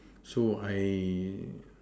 true I